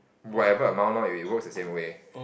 whatever amount lor it works the same way